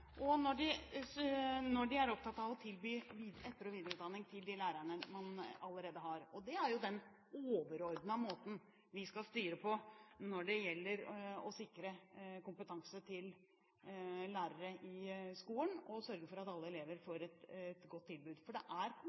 de allerede har. Dette er den overordnede måten vi skal styre på når det gjelder å sikre kompetanse til lærere i skolen og sørge for at alle elever får et godt tilbud. For det er